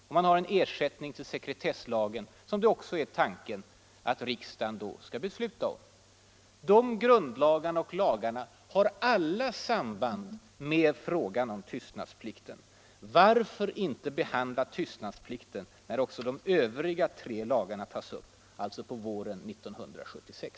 Och vi har ersättning för sekretesslagen som det också är tänkt att riksdagen då skall besluta om. De här lagarna har alla samband med frågan om tystnadsplikten. Varför då inte behandla tystnadsplikten när också de övriga tre lagarna tas upp, alltså på våren 1976?